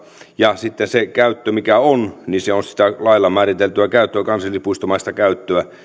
ja sitten se käyttö mikä on on sitä lailla määriteltyä käyttöä kansallispuistomaista käyttöä